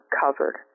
covered